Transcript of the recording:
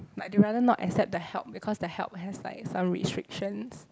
like they rather not accept the help because the help has like some restrictions